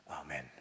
Amen